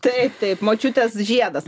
taip taip močiutės žiedas